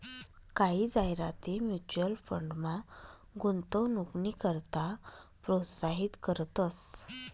कायी जाहिराती म्युच्युअल फंडमा गुंतवणूकनी करता प्रोत्साहित करतंस